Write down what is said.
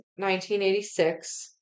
1986